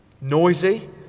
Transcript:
Noisy